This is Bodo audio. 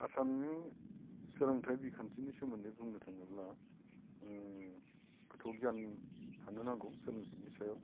आसामनि सोलोंथाय बिखान्थिनि सोमोन्दै बुंनो थाङोब्ला गोथौ गियान थानो नांगौ सोलोंथायनि सायाव